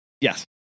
Yes